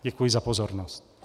Děkuji za pozornost.